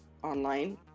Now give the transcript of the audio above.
online